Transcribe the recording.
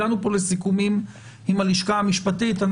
הגענו פה לסיכומים עם השלכה המשפטית.